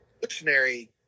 dictionary